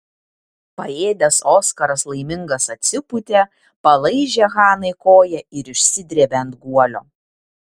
paėdęs oskaras laimingas atsipūtė palaižė hanai koją ir išsidrėbė ant guolio